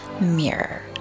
mirror